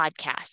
podcast